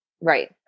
Right